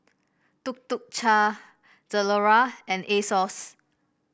Tuk Tuk Cha Zalora and Asos